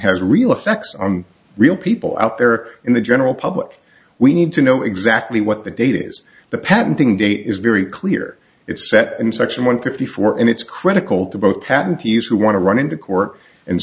has real effects on real people out there in the general public we need to know exactly what the data is the patenting data is very clear it's set in section one fifty four and it's critical to both patent use who want to run into court and